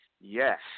yes